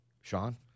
Sean